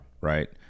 Right